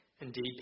indeed